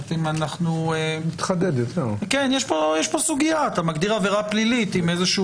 יש פה סוגיה אתה מגדיר עבירה פלילית עם איזה שהוא